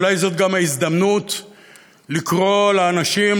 ואולי זאת גם ההזדמנות לקרוא לאנשים,